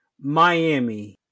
Miami